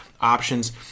options